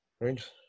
Right